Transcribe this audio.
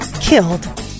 killed